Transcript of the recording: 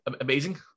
Amazing